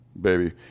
baby